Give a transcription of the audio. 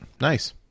Nice